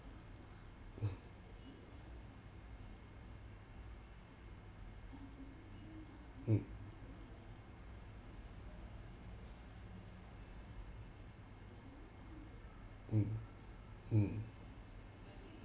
mm mm mm mm